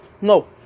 No